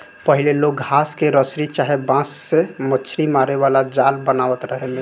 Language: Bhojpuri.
पहिले लोग घास के रसरी चाहे बांस से मछरी मारे वाला जाल बनावत रहले